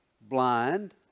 Blind